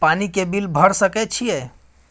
पानी के बिल भर सके छियै?